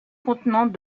contenant